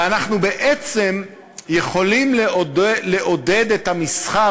ואנחנו בעצם יכולים לעודד את המסחר.